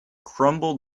crumble